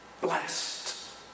blessed